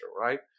right